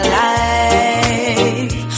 life